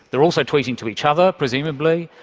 they're also tweeting to each other presumably,